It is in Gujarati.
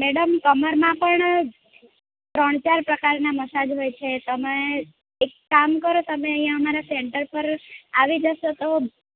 મેડમ કમરમાં પણ ત્રણ ચાર પ્રકારના મસાજ હોય છે તમે એક કામ કરો તમે અહીં અમારા સેન્ટર પર આવી જશો તો